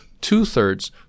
Two-thirds